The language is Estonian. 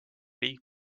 riik